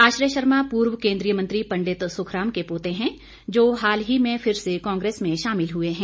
आश्रय शर्मा पूर्व केंद्रीय मंत्री पंडित सुखराम के पोते है जो हाल ही में फिर से कांग्रेस में शामिल हुए हैं